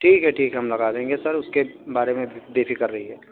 ٹھیک ہے ٹھیک ہے ہم لگا دیں گے سر اس کے بارے میں بے فکر رہیے